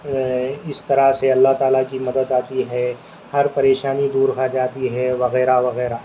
اس طرح سے اللہ تعالیٰ کی مدد آتی ہے ہر پریشانی دور ہو جاتی ہے وغیرہ وغیرہ